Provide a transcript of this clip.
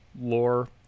lore